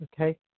Okay